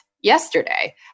yesterday